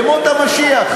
ימות המשיח.